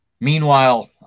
Meanwhile